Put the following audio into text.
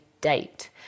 date